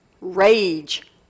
rage